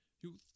You